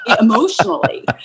emotionally